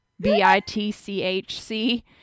B-I-T-C-H-C